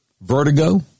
vertigo